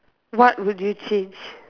what would change